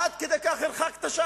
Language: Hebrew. עד כדי כך הרחקת?